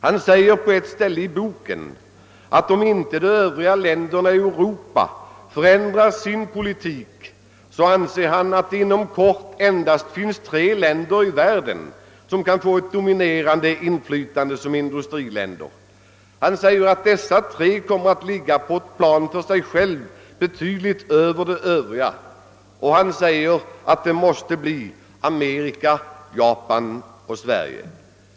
Han säger på ett ställe i boken att om inte de övriga länderna i Europa förändrar sin politik så anser han att det inom kort endast finns tre länder i världen som kan få ett dominerande inflytande som industriländer. Han säger att dessa tre kommer att ligga på ett plan för sig själva betydligt över de övriga länderna och han säger att det måste bli Amerika, Japan och Sverige.